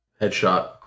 headshot